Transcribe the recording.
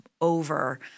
over